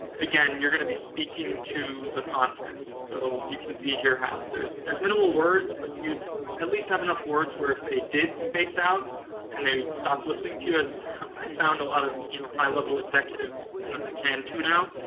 again, you're going to be speaking to the content. so, you can see here how there's there's minimal words, but you at least have enough words where if they did space out and they stopped listening to you, as i found a lot of, you know, high-level executives kind of can tune out,